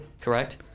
Correct